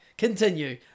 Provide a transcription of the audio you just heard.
Continue